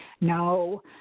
No